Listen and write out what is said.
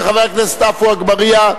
של חבר הכנסת עפו אגבאריה.